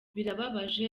birababaje